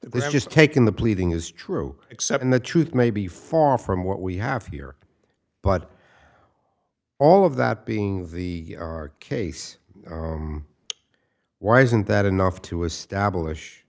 is just taken the pleading is true except in the truth may be far from what we have here but all of that being the case why isn't that enough to establish